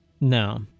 no